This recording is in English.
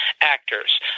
actors